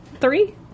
Three